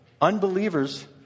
unbelievers